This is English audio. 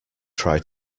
try